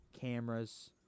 cameras